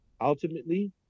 ultimately